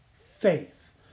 faith